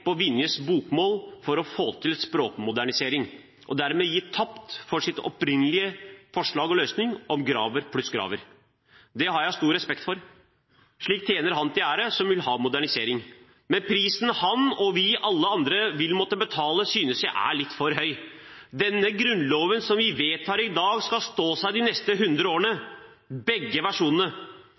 på Vinjes bokmål for å få til språkmodernisering og dermed gi slipp på sitt opprinnelige forslag og løsning om Graver pluss Graver. Det har jeg stor respekt for. Slikt tjener ham, som vil ha modernisering, til ære. Men prisen han og alle vi andre vil måtte betale, synes jeg er litt for høy. Den Grunnloven som vi vedtar i dag, skal stå seg de neste 100 årene – begge